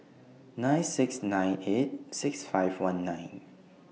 nine six nine eight six five one nine